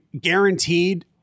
guaranteed